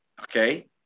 okay